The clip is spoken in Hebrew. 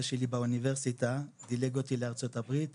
שלי באוניברסיטה ודילג אותי לארצות הברית,